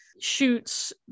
shoots